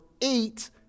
eight